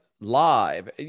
live